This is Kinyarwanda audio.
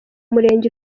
murenge